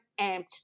amped